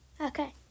Okay